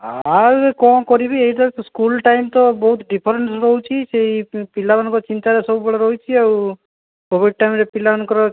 ଆଉ କ'ଣ କରିବି ଏଇଟା ତ ସ୍କୁଲ୍ ଟାଇମ୍ ତ ବହୁତ ଡିଫରେନ୍ସ ରହୁଛି ସେଇ ପିଲାମାନଙ୍କ ଚିନ୍ତାରେ ସବୁବେଳେ ରହିଛି ଆଉ କୋଭିଡ୍ ଟାଇମ୍ରେ ପିଲାମାନଙ୍କର